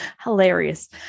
Hilarious